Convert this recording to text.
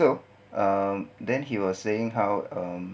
so um then he was saying how um